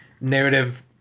narrative